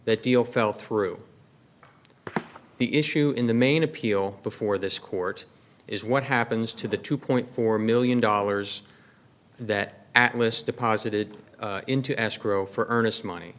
that deal fell through the issue in the main appeal before this court is what happens to the two point four million dollars that atlas deposited into escrow for earnest money